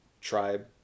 Tribe